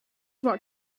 what